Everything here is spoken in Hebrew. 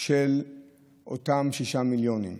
של אותם שישה מיליונים,